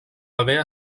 haver